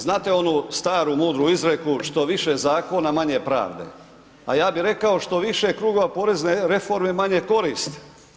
Znate onu staru mudru izreku, što više zakona, manje pravde, a ja bi rekao što više krugova porezne reforme, manje koristi.